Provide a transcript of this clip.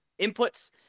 inputs